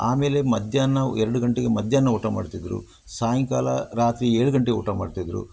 ಆಮೇಲೆ ಮಧ್ಯಾಹ್ನ ಎರಡು ಗಂಟೆಗೆ ಮಧ್ಯಾಹ್ನ ಊಟ ಮಾಡ್ತಿದ್ರು ಸಾಯಂಕಲ ರಾತ್ರಿ ಏಳು ಗಂಟೆಗೆ ಊಟ ಮಾಡ್ತಿದ್ದರು